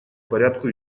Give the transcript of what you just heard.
порядку